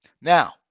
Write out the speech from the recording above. Now